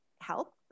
help